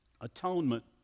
atonement